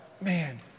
man